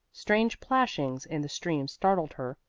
strange plashings in the stream startled her.